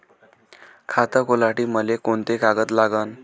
खात खोलासाठी मले कोंते कागद लागन?